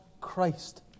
Christ